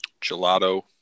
Gelato